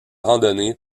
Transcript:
randonnée